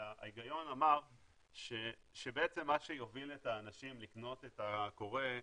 ההיגיון אמר שבעצם מה שיוביל את האנשים לקנות את הקורא,